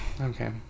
Okay